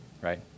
right